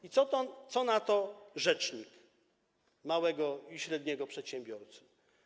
I co na to rzecznik małego i średniego przedsiębiorcy?